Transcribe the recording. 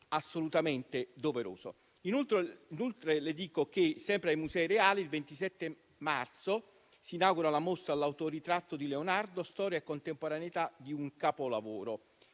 assolutamente doverosa. Inoltre, le dico che sempre ai Musei reali, il 27 marzo si inaugura la mostra «L'autoritratto di Leonardo. Storia e contemporaneità di un capolavoro»,